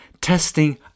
testing